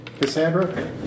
Cassandra